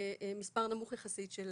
במספר נמוך יחסית של